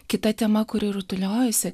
kita tema kuri rutuliojasi